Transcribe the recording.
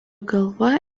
galva